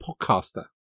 podcaster